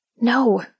No